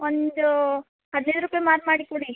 ಒಂದು ಹದಿನೈದು ರೂಪಾಯಿ ಮಾರು ಮಾಡಿ ಕೊಡಿ